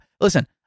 listen